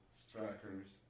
strikers